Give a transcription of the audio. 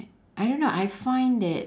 I don't know I find that